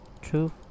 True